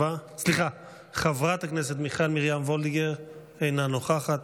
חברת הכנסת מיכל וולדיגר, אינה נוכחת,